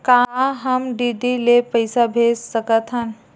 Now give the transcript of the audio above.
का हम डी.डी ले पईसा भेज सकत हन?